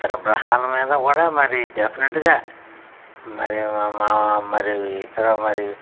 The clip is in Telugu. ఇతర గ్రహాల మీద కూడా మరి డెఫినెట్గా మరి మ మ మరి ఇతర మరి